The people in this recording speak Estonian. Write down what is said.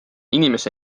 inimese